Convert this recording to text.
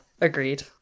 Agreed